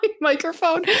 microphone